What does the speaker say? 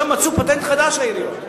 עכשיו מצאו פטנט חדש בעיריות.